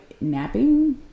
napping